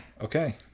Okay